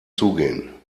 zugehen